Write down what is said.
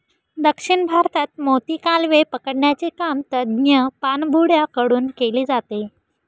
दक्षिण भारतात मोती, कालवे पकडण्याचे काम तज्ञ पाणबुड्या कडून केले जाते